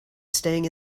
staying